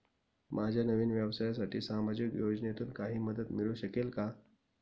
माझ्या नवीन व्यवसायासाठी सामाजिक योजनेतून काही मदत मिळू शकेल का?